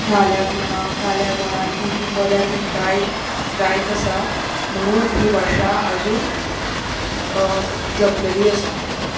धाल्याक म्हणा काल्याक म्हणा ती ती पदां ती गायत गायत आसा म्हणून ही भाशा आजून जपलली आसा